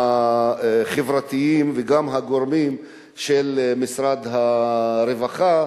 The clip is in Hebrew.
הגורמים החברתיים וגם הגורמים של משרד הרווחה,